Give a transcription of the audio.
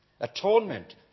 Atonement